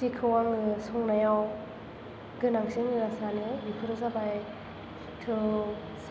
जेखौ आङो संनायाव गोनांथि होनना सानो बेफोरो जाबाय थौ